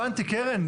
הבנתי קרן.